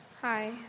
Hi